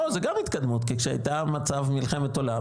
זאת גם התקדמות כי כשהיה מצב של מלחמת עולם,